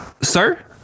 sir